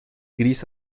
gris